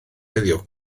heddiw